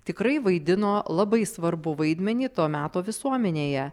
tikrai vaidino labai svarbų vaidmenį to meto visuomenėje